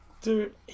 dude